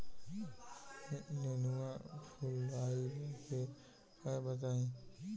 नेनुआ फुलईले के उपाय बताईं?